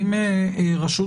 אם רשות